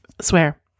swear